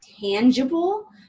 tangible